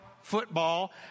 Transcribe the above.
football